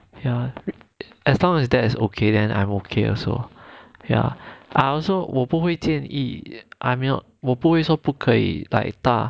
ya as long as that as okay then I'm okay also ya I also 我不会建议 I mean 我不会说不可以来搭